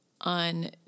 on